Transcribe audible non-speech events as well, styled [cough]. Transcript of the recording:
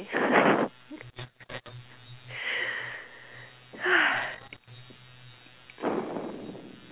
[laughs] [breath]